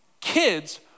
Kids